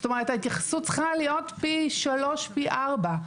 זאת אומרת ההתייחסות צריכה להיות פי שלוש-פי ארבע,